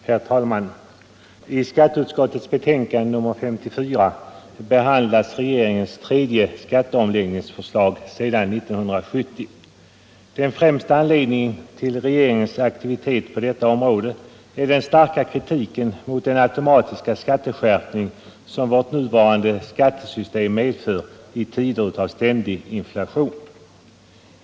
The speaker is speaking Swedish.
Herr talman! I skatteutskottets betänkande nr 54 behandlas regeringens tredje skatteomläggningsförslag sedan 1970. Den främsta anledningen till regeringens aktivitet på detta område är den starka kritiken mot den automatiska skatteskärpning som vårt nuvarande skattesystem medför i tider av ständig inflation.